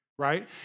right